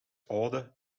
order